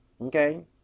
Okay